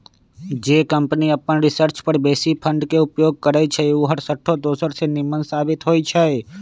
जे कंपनी अप्पन रिसर्च पर बेशी फंड के उपयोग करइ छइ उ हरसठ्ठो दोसर से निम्मन साबित होइ छइ